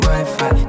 Wi-Fi